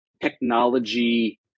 technology